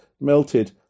melted